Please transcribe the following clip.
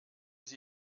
sie